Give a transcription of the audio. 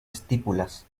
estípulas